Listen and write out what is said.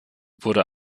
wurde